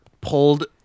pulled